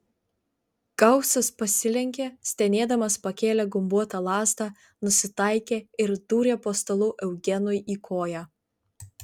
gausas pasilenkė stenėdamas pakėlė gumbuotą lazdą nusitaikė ir dūrė po stalu eugenui į koją